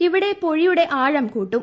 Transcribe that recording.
ഇവിടെ പൊഴിയുടെ ആഴം കൂട്ടും